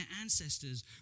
ancestors